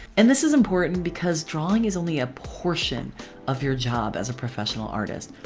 and this is important because drawing is only a portion of your job as a professional artist.